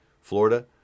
Florida